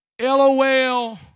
LOL